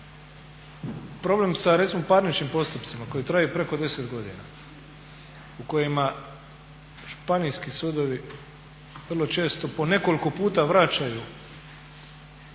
Problem sa recimo parničnim postupcima koji traju preko 10 godina u kojima županijski sudovi vrlo često po nekoliko puta vraćaju